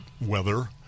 weather